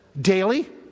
Daily